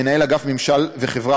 מנהל אגף ממשל וחברה,